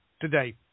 today